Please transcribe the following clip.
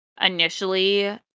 initially